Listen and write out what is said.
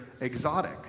exotic